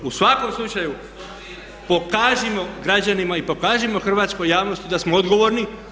U svakom slučaju pokažimo građanima i pokažimo hrvatskoj javnosti da smo odgovorni.